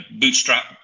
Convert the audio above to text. bootstrap